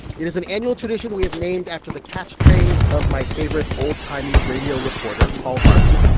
it is an annual tradition we have named after the catchphrase of my favorite old-timey radio reporter, paul harvey.